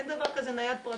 אין דבר כזה נייד פרטי.